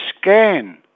scan